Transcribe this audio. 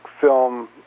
film